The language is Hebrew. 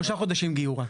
3 חודשים גיור רק.